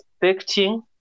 expecting